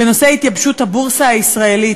בנושא התייבשות הבורסה הישראלית,